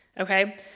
okay